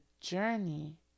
journey